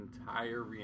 entire